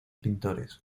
pintores